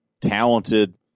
talented